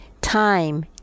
Time